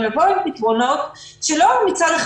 ולבוא עם פתרונות שלא מצד אחד,